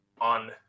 on